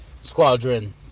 squadron